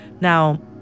now